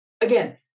again